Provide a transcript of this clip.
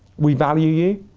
we value you,